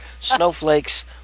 snowflakes